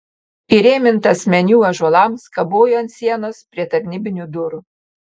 įrėmintas meniu ąžuolams kabojo ant sienos prie tarnybinių durų